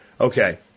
Okay